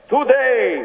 Today